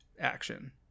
action